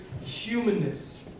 humanness